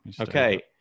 Okay